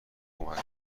کمک